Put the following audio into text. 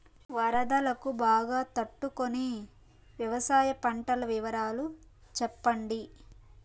వరదలకు బాగా తట్టు కొనే వ్యవసాయ పంటల వివరాలు చెప్పండి?